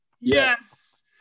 Yes